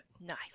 Nice